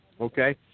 okay